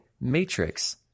Matrix